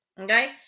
Okay